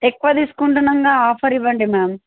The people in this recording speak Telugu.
ఎక్కువ తీసుకుంటున్నాంగా ఆఫర్ ఇవ్వండి మ్యామ్